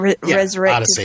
Resurrected